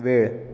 वेळ